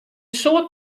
soad